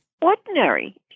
ordinary